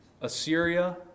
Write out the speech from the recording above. Assyria